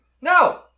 No